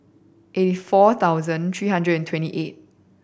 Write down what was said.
eighty four thousand three hundred and twenty eight